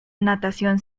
natación